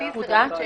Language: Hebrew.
זה